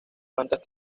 plantas